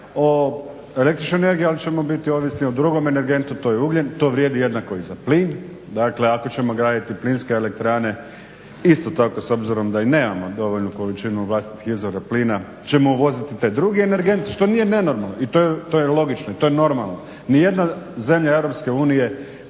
električnu energiju, ali ćemo biti ovisni o drugom energentu. To je ugljen. To vrijedi jednako i za plin. Dakle, ako ćemo graditi plinske elektrane isto tako s obzirom da i nemamo dovoljnu količinu vlastitih izvora plina ćemo uvoziti taj drugi energent što nije nenormalno i to je logično, to je normalno. Ni jedna zemlja Europske unije